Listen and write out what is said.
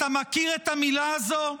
אתה מכיר את המילה הזו?